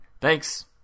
Thanks